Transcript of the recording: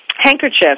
handkerchiefs